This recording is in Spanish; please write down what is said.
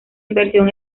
inversión